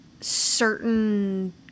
certain